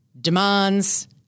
demands